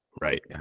Right